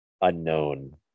unknown